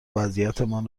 وضعیتمان